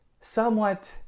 somewhat